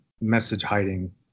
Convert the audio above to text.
message-hiding